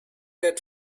that